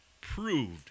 proved